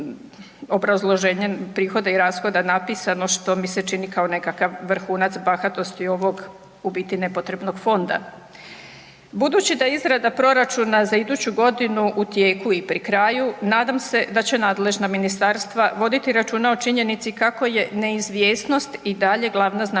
je obrazloženje prihoda i rashoda napisano što mi se čini kao nekakav vrhunac bahatosti ovog u biti nepotrebnog fonda. Budući da je izrada proračuna za iduću godinu u tijeku i pri kraju nadam se da će nadležna ministarstva voditi računa o činjenici kako je neizvjesnost i dalje glavna značajka